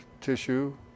tissue